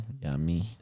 Yummy